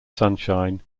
sunshine